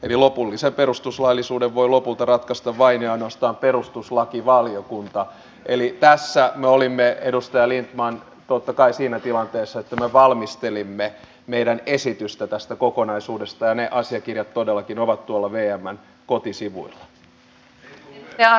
eli lopullisen perustuslaillisuuden voi lopulta ratkaista vain ja ainoastaan perustuslakivaliokunta eli tässä me olimme edustaja lindtman totta kai siinä tilanteessa että me valmistelimme meidän esitystämme tästä kokonaisuudesta ja ne asiakirjat todellakin ovat tuolla vmn kotisivuilla